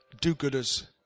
do-gooders